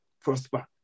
prosper